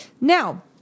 now